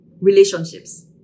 relationships